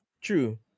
true